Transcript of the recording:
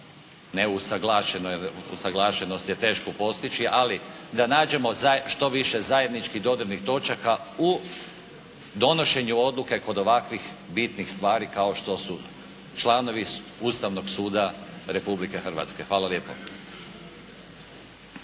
jer usaglašenost je teško postići, ali da nađemo što više zajedničkih dodirnih točaka u donošenju odluke kod ovakvih bitnih stvari kao što su članovi Ustavnog suda Republike Hrvatske. Hvala lijepo.